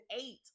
eight